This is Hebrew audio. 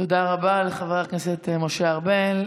תודה רבה לחבר הכנסת משה ארבל.